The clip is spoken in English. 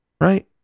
right